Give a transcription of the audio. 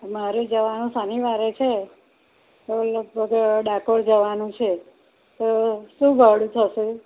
મારે જવાનું શનિવારે છે તો લગભગ ડાકોર જવાનું છે તો શું ભાડું થશે